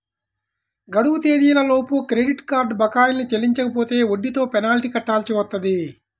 గడువు తేదీలలోపు credit card బకాయిల్ని చెల్లించకపోతే వడ్డీతో పెనాల్టీ కట్టాల్సి వత్తది